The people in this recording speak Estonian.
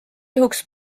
juhuks